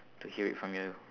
to hear it from you